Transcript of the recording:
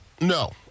No